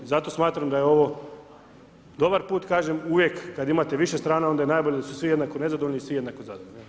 Zato smatram da je ovo dobar put, kažem uvijek, kad imate više strana onda je najbolje da su svi jednako nezadovoljni i svi jednako zadovoljni.